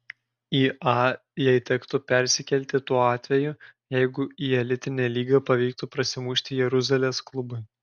į a jai tektų persikelti tuo atveju jeigu į elitinę lygą pavyktų prasimušti jeruzalės klubui